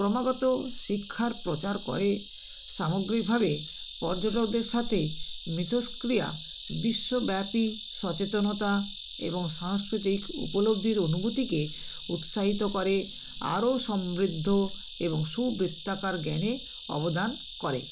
ক্রমাগত শিক্ষার প্রচার করে সামগ্রিকভাবে পর্যটকদের সাথে মিথষ্ক্রিয়া বিশ্বব্যাপী সচেতনতা এবং সাংস্কৃতিক উপলব্ধির অনুভূতিকে উৎসাহিত করে আরও সমৃদ্ধ এবং সুবৃত্তাকার জ্ঞানে অবদান করে